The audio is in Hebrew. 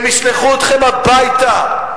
הם ישלחו אתכם הביתה,